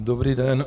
Dobrý den.